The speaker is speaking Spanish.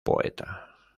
poeta